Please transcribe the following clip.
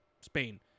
Spain